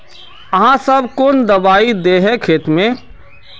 आहाँ सब कौन दबाइ दे है खेत में?